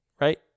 right